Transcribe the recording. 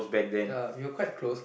ya we were quite close